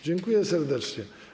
Dziękuję serdecznie.